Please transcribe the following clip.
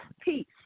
peace